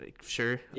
sure